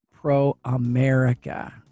pro-America